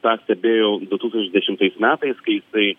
tą stebėjau du tūkstančiai dešimtais metais kai jisai